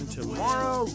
tomorrow